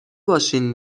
باشین